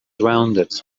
rounded